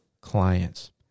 clients